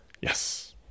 Yes